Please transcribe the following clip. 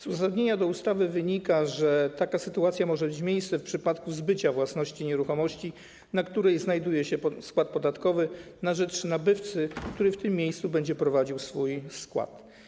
Z uzasadnienia ustawy wynika, że taka sytuacja może mieć miejsce w przypadku zbycia własności nieruchomości, na której znajduje się skład podatkowy, na rzecz nabywcy, który w tym miejscu będzie prowadził swój skład.